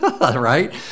right